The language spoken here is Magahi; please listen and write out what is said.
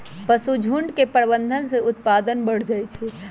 पशुझुण्ड के प्रबंधन से उत्पादन बढ़ जाइ छइ